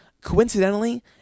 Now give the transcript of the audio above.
coincidentally